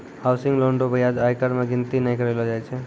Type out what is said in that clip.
housing loan रो ब्याज आयकर मे गिनती नै करलो जाय छै